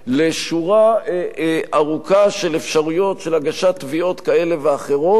לשורה ארוכה של אפשרויות של הגשת תביעות כאלה ואחרות,